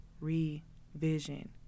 revision